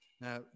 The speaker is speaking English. Now